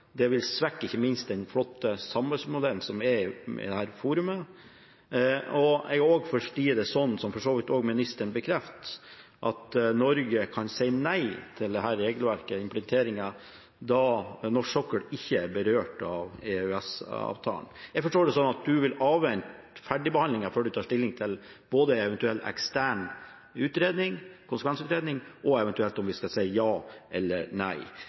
Det vil svekke ikke minst den flotte samarbeidsmodellen som er i dette forumet. Jeg forstår det slik – som for så vidt også ministeren bekrefter – at Norge kan si nei til implementeringen av dette regelverket, da norsk sokkel ikke er berørt av EØS-avtalen. Jeg forstår det slik at ministeren vil avvente ferdigbehandlingen før han tar stilling til både en eventuell ekstern utredning, en konsekvensutredning, og eventuelt om vi skal si ja eller nei.